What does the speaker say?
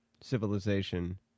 civilization